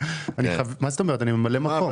אני ממלא מקום.